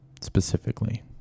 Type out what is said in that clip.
specifically